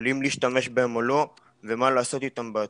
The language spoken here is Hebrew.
אם להשתמש בהם או לא ומה לעשות איתם בעתיד.